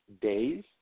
days